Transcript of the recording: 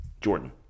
Jordan